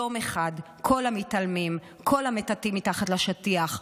יום אחד כל המתעלמים, כל המטאטאים מתחת לשטיח,